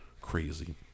Crazy